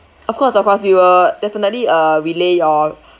of course of course we will definitely uh relay your